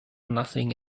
nothing